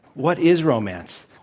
what is romance?